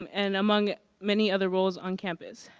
um and among many other roles on campus